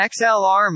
XLR